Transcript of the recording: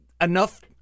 enough